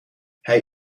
hij